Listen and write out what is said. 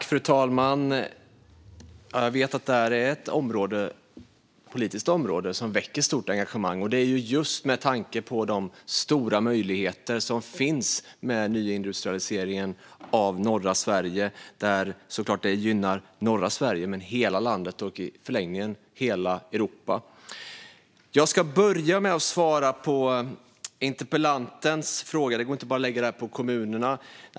Fru talman! Jag vet att det här är ett politiskt område som väcker stort engagemang. Det gör det just med tanke på att det finns stora möjligheter med nyindustrialiseringen av norra Sverige, som såklart gynnar norra Sverige men även hela landet och i förlängningen hela Europa. Jag ska börja med att svara på interpellantens fråga. Det går inte att lägga detta bara på kommunerna.